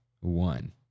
one